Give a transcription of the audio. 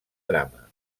drama